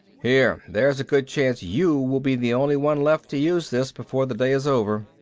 here. there's a good chance you will be the only one left to use this before the day is over.